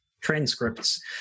transcripts